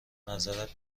نظرت